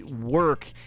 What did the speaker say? work